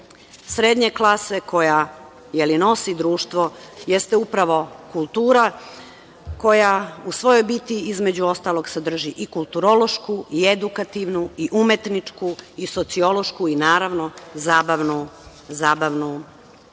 srednje klase, koja nosi društvo, jeste upravo kultura, koja u svojoj biti, između ostalog, sadrži i kulturološku i edukativnu i umetničku i sociološku i, naravno, zabavnu funkciju. Vi